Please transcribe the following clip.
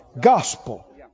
Gospel